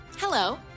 Hello